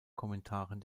kommentaren